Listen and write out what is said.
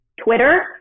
Twitter